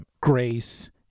Grace